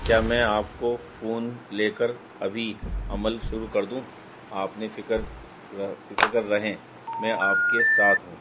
کیا میں آپ کو فون لے کر ابھی عمل شروع کر دوں آپ نے فکر فکر رہیں میں آپ کے ساتھ ہوں